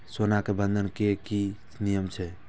सोना के बंधन के कि नियम छै?